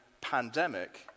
pandemic